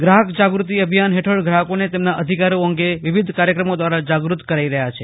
ગ્રાહક જાગૃતિ અભિયાન હેઠળ ગ્રાહકોને તેમના અધિકારો અંગે વિવિધ કાર્યક્રમો દ્વારા જાગૃત કરાઇ રહ્યા છે